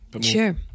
Sure